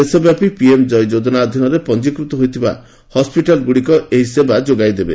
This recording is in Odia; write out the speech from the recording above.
ଦେଶବ୍ୟାପୀ ପିଏମ୍ ଜୟ ଯୋଜନା ଅଧୀନରେ ପଞ୍ଜିକୃତ ହୋଇଥିବା ହସ୍କିଟାଲ୍ଗୁଡ଼ିକ ଏହି ସେବା ଯୋଗାଇ ଦେବ